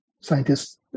scientists